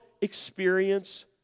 experience